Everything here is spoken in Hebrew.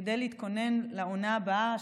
כדי להתכונן לעונה הבאה,